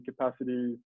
capacity